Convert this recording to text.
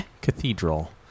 Cathedral